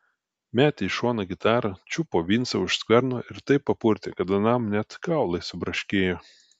metė į šoną gitarą čiupo vincą už skverno ir taip papurtė kad anam net kaulai subraškėjo